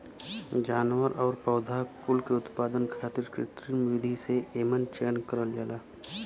जानवर आउर पौधा कुल के उत्पादन खातिर कृत्रिम विधि से एमन चयन करल जाला